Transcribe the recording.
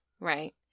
Right